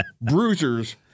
bruisers